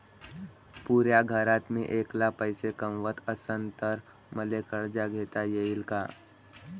पुऱ्या घरात मी ऐकला पैसे कमवत असन तर मले कर्ज घेता येईन का?